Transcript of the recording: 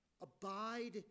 Abide